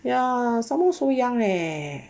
ya someone so young leh